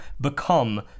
become